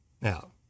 Now